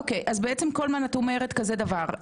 בעצם את אומרת כזה דבר.